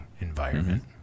environment